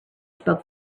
spoke